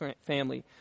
family